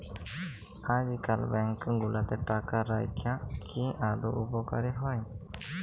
আইজকাল ব্যাংক গুলাতে টাকা রাইখা কি আদৌ উপকারী হ্যয়